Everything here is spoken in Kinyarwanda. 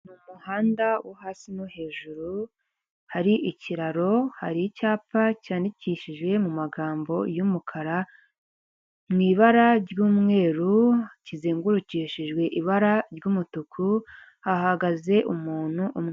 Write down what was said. Mu muhanda wo hasi no hejuru hari ikiraro, hari icyapa cyandikishije mu magambo y'umukara mu ibara ry'umweru kizengurukishijwe ibara ry'umutuku hahagaze umuntu umwe.